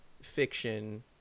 fiction